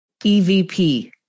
EVP